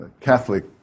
Catholic